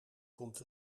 komt